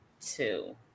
two